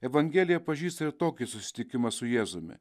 evangelija pažįsta ir tokį susitikimą su jėzumi